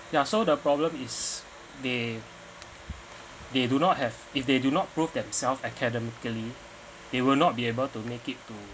yeah so the problem is they they do not have if they do not prove themself academically they will not be able to make it to